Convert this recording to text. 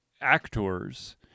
actors